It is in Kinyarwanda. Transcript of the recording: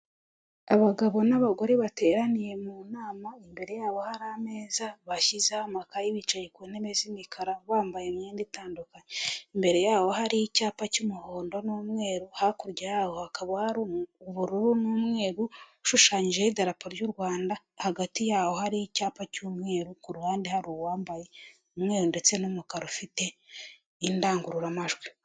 Abagabo n'abagore bateraniye mu nama imbere yabo hari ameza bashyizeho amakaye bicaye ku ntebe z'imikara bambaye imyenda itandukanye, imbere yaho hari icyapa cy'umuhondo n'umweru hakurya yawo hakaba hari ubururu n'umweru, ushushanyijehodarapo ry'u rwanda hagati yaho hari icyapa cy'umweru ku ruhande hari uwambaye umweru ndetse n'umukara ufite indangururamajwi.